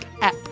app